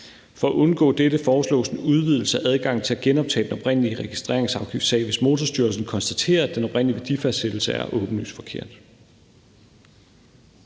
For at undgå dette foreslås en udvidelse af adgangen til at genoptage den oprindelige registreringsafgiftssag, hvis Motorstyrelsen konstaterer, at den oprindelige værdifastsættelse er åbenlyst forkert.